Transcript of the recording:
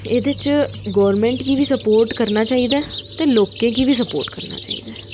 एह्दे च गौरमैंट गी बी सपोर्ट करना चाहिदा ते लोकें गी बी सपोर्ट करना चाहिदा ऐ